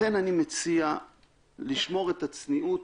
לכן אני מציע לשמור את הצניעות,